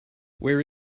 where